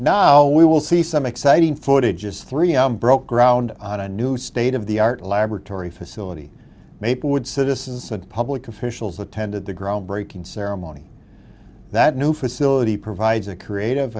good we will see some exciting footage as three broke ground on a new state of the art laboratory facility maplewood citizens and public officials attended the groundbreaking ceremony that new facility provides a creative